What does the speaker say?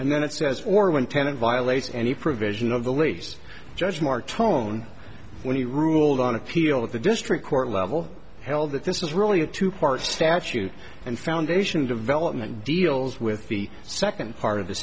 and then it says or when tenant violates any provision of the lease judge mark tone when he ruled on appeal that the district court level held that this is really a two part statute and foundation development deals with the second part of the